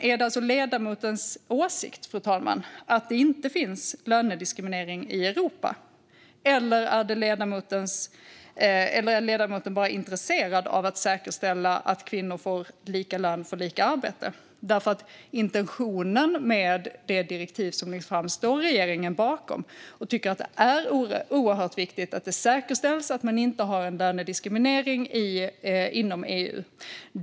Är det alltså, fru talman, ledamotens åsikt att det inte finns lönediskriminering i Europa? Eller är ledamoten bara intresserad av att säkerställa att kvinnor får lika lön för lika arbete? Intentionen med det direktiv som läggs fram står regeringen bakom. Vi tycker att det är oerhört viktigt att det säkerställs att man inte har lönediskriminering inom EU.